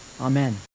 Amen